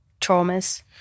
traumas